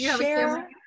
share